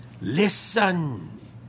Listen